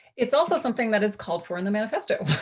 it's also something that is called for in the manifesto.